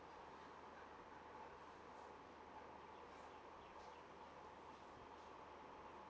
,s. oh oh